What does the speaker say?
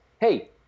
hey